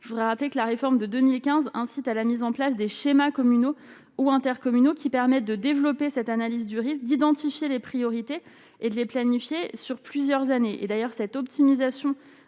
je voudrais rappeler que la réforme de 2015, ensuite à la mise en place des schémas communaux ou intercommunaux qui permettent de développer cette analyse du risque d'identifier les priorités et de les planifier sur plusieurs années, et d'ailleurs cette optimisation